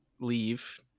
leave